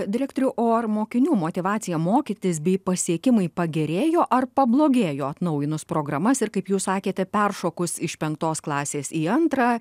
direktoriau o ar mokinių motyvacija mokytis bei pasiekimai pagerėjo ar pablogėjo atnaujinus programas ir kaip jūs sakėte peršokus iš penktos klasės į antrą